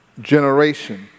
generation